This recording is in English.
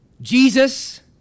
Jesus